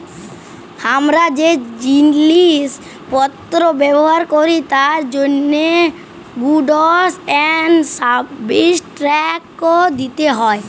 হামরা যে জিলিস পত্র ব্যবহার ক্যরি তার জন্হে গুডস এন্ড সার্ভিস ট্যাক্স দিতে হ্যয়